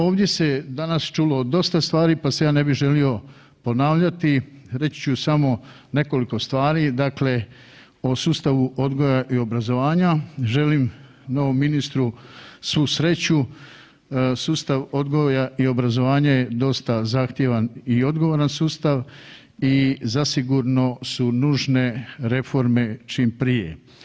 Ovdje se danas čulo dosta stvari pa se ja ne bih želio ponavljati, reći ću samo nekoliko stvari, dakle o sustavu odgoja i obrazovanja želim novom ministru svu sreću, sustav odgoja i obrazovanja je dosta zahtjevan i odgovoran sustav i zasigurno su nužne reforme čim prije.